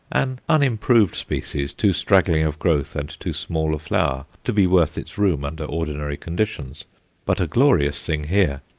an unimproved species too straggling of growth and too small of flower to be worth its room under ordinary conditions but a glorious thing here,